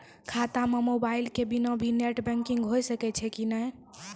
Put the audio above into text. खाता म मोबाइल के बिना भी नेट बैंकिग होय सकैय छै कि नै?